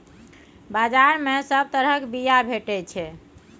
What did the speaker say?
बजार मे सब तरहक बीया भेटै छै